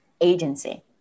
agency